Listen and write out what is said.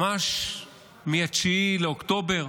ממש מ-9 באוקטובר